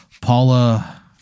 paula